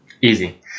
Easy